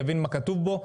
יבין מה כתוב בו.